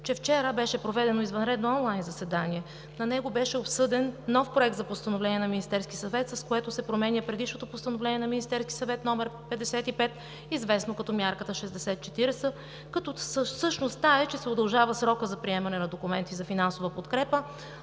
че вчера беше проведено извънредно онлайн заседание. На него беше обсъден нов проект за постановление на Министерския съвет, с което се променя предишното Постановление № 55 на Министерския съвет, известно като мярката 60/40, като същността е, че се удължава срокът за приемане на документи за финансова подкрепа